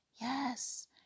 yes